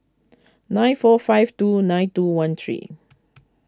nine four five two nine two one three